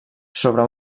sobre